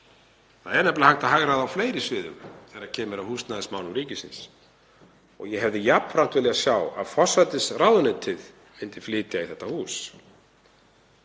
það er hægt að hagræða á fleiri sviðum þegar kemur að húsnæðismálum ríkisins og ég hefði jafnframt viljað sjá að forsætisráðuneytið myndi flytja í þetta hús.